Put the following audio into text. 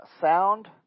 Sound